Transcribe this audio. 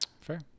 fair